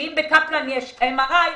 שאם בקפלן יש MRI,